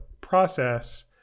process